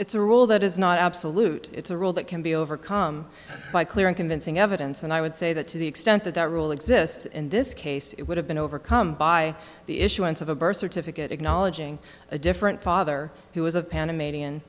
it's a rule that is not absolute it's a rule that can be overcome by clear and convincing evidence and i would say that to the extent that that rule exists in this case it would have been overcome by the issuance of a birth certificate acknowledging a different father who was a panamanian